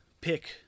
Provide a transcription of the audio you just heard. pick